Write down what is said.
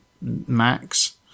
Max